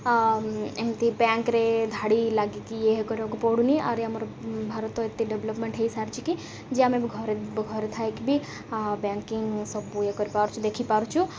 ଏମିତି ବ୍ୟାଙ୍କ୍ରେ ଧାଡ଼ି ଲାଗିକି ଇଏ କରିବାକୁ ପଡ଼ୁନି ଆହୁରି ଆମର ଭାରତ ଏତେ ଡେଭ୍ଲପ୍ମେଣ୍ଟ୍ ହୋଇସାରିଛି କି ଯେ ଆମେ ଘରେ ଘରେ ଥାଇକି ବି ବ୍ୟାଙ୍କିଙ୍ଗ୍ ସବୁ ଇଏ କରିପାରୁଛୁ ଦେଖିପାରୁଛୁ